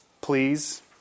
please